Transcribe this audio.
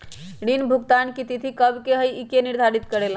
ऋण भुगतान की तिथि कव के होई इ के निर्धारित करेला?